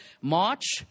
March